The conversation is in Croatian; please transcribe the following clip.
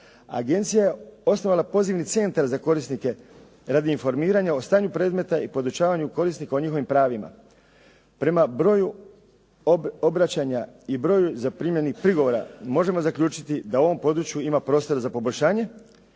Agencija je osnovala pozivni centar za korisnike radi informiranja o stanju predmeta i podučavanju korisnika o njihovim pravima. Prema broju obraćanja i broju zaprimljenih prigovora možemo zaključiti da u ovom području ima prostora za poboljšanje